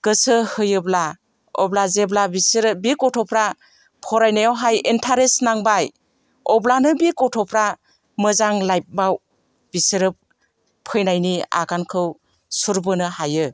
गोसो होयोब्ला अब्ला जेब्ला बिसोरो बे गथ'फ्रा फरायनायावहाय इन्ट्रेस्ट नांबाय अब्लानो बे गथ'फ्रा मोजां लाइफआव बिसोरो फैनायनि आगानखौ सुरबोनो हायो